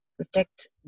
protect